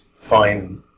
fine